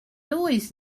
always